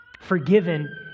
Forgiven